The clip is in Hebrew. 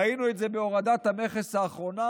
ראינו את זה בהורדת המכס האחרונה,